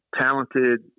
talented